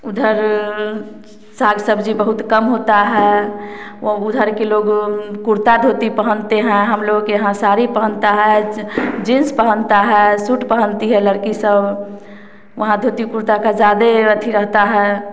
उधर साग सब्जी बहुत कम होता है ओ उधर के लोग कुर्ता धोती पहनते हैं हम लोग के यहाँ सारी पहनता है जींस पहनता है सूट पहनती है लड़की सब वहाँ धोती कुर्ता का ज़्यादा एथि रहता है